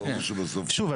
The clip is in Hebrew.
שוב,